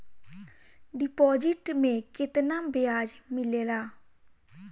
Deposit मे केतना बयाज मिलेला?